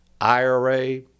IRA